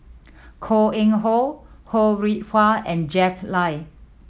Koh Eng Hoon Ho Rih Hwa and Jack Lai